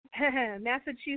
Massachusetts